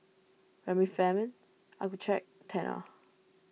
Remifemin Accucheck Tena